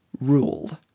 ruled